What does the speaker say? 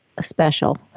special